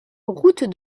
route